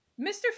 mr